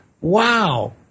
wow